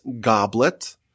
goblet